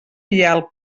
vial